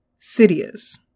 Sidious